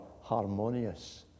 harmonious